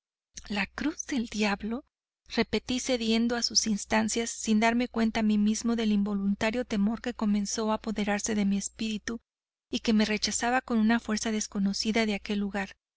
la cruz del diablo repetí cediendo a sus instancias sin darme cuenta a mi mismo del involuntario temor que comenzó a apoderarse de mi espíritu y que me rechazaba como una fuerza desconocida de aquel lugar